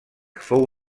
fou